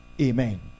Amen